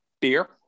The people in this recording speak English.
beer